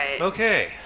Okay